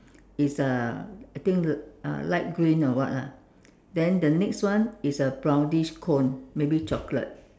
is uh I think uh light green or what lah then the next one is a brownish cone maybe chocolate